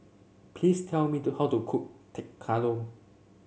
please tell me to how to cook Tekkadon